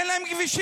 אין להם כבישים.